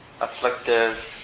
afflictive